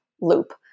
loop